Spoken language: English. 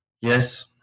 Yes